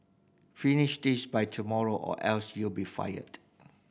finish this by tomorrow or else you'll be fired